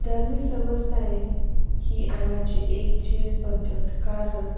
धर्मीक समस्थायेक ही आंगाची एक जीण पद्दत कारण